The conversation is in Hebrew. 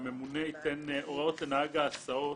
שהממונה ייתן הוראות לנהג ההסעות,